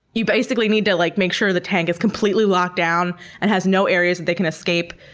you basically need to like make sure the tank is completely locked down and has no areas that they can escape,